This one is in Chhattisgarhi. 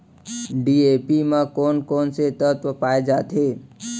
डी.ए.पी म कोन कोन से तत्व पाए जाथे?